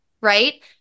right